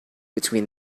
between